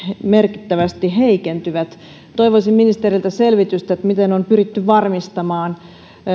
merkittävästi heikentyvät toivoisin ministeriltä selvitystä miten on pyritty varmistamaan